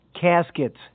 caskets